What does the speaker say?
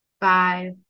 five